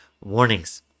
warnings